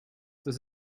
das